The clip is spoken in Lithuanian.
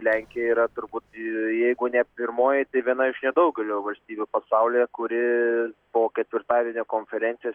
lenkijoje yra turbūt ir jeigu ne pirmoji tai viena iš nedaugelio valstybių pasaulyje kuri po ketvirtadienio konferencijos